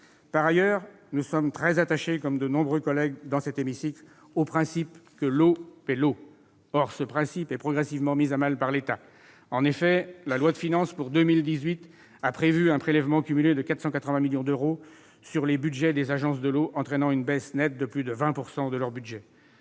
hémicycle, nous sommes très attachés au principe en vertu duquel l'eau paie l'eau. Or ce principe est progressivement mis à mal par l'État. En effet, la loi de finances pour 2018 a prévu un prélèvement cumulé de 480 millions d'euros sur les budgets des agences de l'eau, entraînant une baisse nette de plus de 20 % de leur budget.